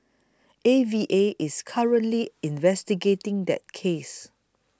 A V A is currently investigating that case